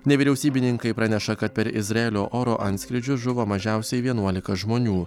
nevyriausybininkai praneša kad per izraelio oro antskrydžius žuvo mažiausiai vienuolika žmonių